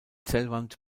zellwand